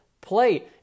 play